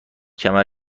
کمر